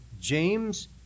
James